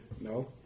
No